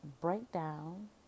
breakdown